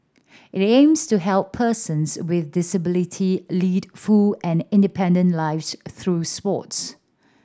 it aims to help persons with disability lead full and independent lives through sports